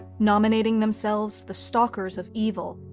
nominating themselves the stalkers of evil,